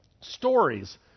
stories